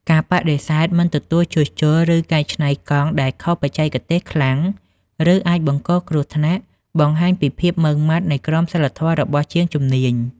ការបដិសេធមិនទទួលជួសជុល ឬកែច្នៃកង់ដែលខុសបច្ចេកទេសខ្លាំង ឬអាចបង្កគ្រោះថ្នាក់ បង្ហាញពីភាពម៉ឺងម៉ាត់នៃក្រមសីលធម៌របស់ជាងជំនាញ។